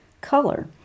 color